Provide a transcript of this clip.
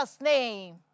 name